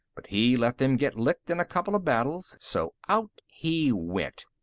but he let them get licked in a couple of battles, so out he went.